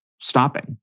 stopping